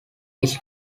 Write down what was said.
his